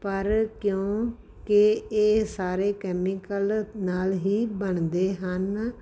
ਪਰ ਕਿਉਂਕਿ ਇਹ ਸਾਰੇ ਕੈਮੀਕਲ ਨਾਲ ਹੀ ਬਣਦੇ ਹਨ